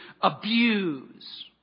abuse